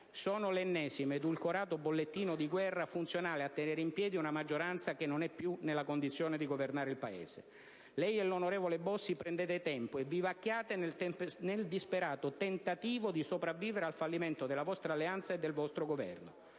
sono l'ennesimo, edulcorato bollettino di guerra, funzionale a tenere in piedi una maggioranza che non è più nella condizione di governare il Paese. Lei e l'onorevole Bossi prendete tempo e vivacchiate nel disperato tentativo di sopravvivere al fallimento della vostra alleanza e del vostro Governo: